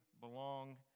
belong